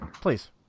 please